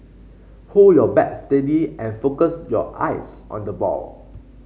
hold your bat steady and focus your eyes on the ball